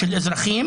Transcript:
של אזרחים,